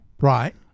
Right